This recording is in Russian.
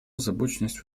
озабоченность